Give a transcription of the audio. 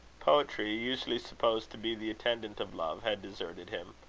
poetry, usually supposed to be the attendant of love, had deserted him.